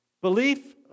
Belief